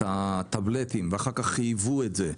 את הטאבלטים ואחר כך חייבו את זה.